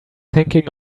thinking